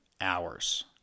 hours